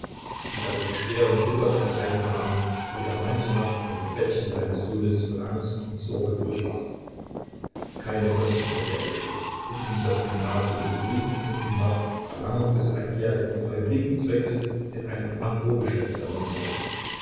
und als die schweren kinderkrankheiten kamen hatte er manche nacht an dem bettchen seines sohnes voll angst und sorge durchwacht keine kosten hatte er gescheut um ihn das gymnasium besuchen und ihn nach erlangung des einjährig freiwilligenzeugnisses in einem engrosgeschäft lernen zu lassen